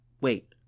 Wait